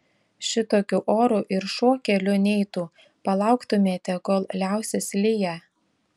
šitokiu oru ir šuo keliu neitų palauktumėte kol liausis liję